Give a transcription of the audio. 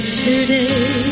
today